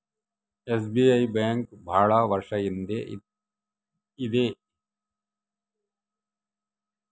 SBI bank ಭಾಳ ವರ್ಷ ಇಂದ ಇದೆ